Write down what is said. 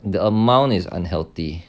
the amount is unhealthy